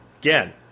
Again